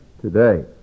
today